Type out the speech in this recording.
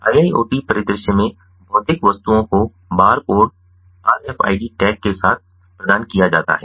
IIoT परिदृश्य में भौतिक वस्तुओं को बार कोड RFID टैग के साथ प्रदान किया जाता है